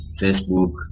Facebook